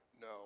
No